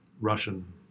Russian